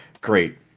Great